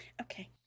Okay